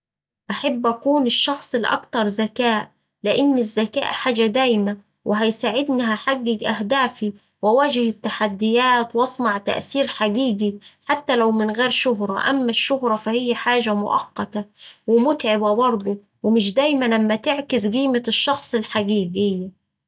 أحب أكون الشخص الأكتر ذكاء لإن الذكاء حاجة دايمة وهيساعدني هحقق أهدافي وأواجه التحديات وأصنع تأثير حقيقي حتى لو من غير شهرة. أما الشهرة فهيه حاجة مؤقتة ومتعبة برضه ومش دايما أما تعكس قيمة الشخص الحقي قية.